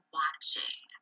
watching